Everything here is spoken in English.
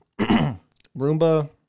Roomba